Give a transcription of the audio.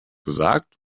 gesagt